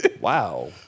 Wow